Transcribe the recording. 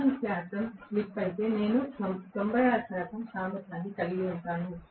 4 శాతం స్లిప్ అయితే నేను 96 శాతం సామర్థ్యాన్ని కలిగి ఉంటాను